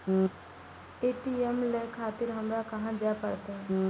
ATM ले खातिर हमरो कहाँ जाए परतें?